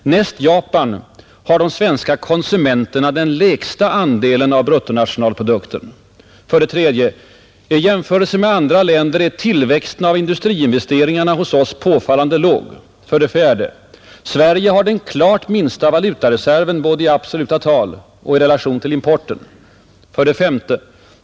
Näst Japan har de svenska konsumenterna den lägsta andelen av bruttonationalprodukten. 3. Q jämförelse med andra länder är tillväxten av industriinvesteringarna hos oss påfallande låg. 4. Sverige har den klart minsta valutareserven både i absoluta tal och i relation till importen. 5.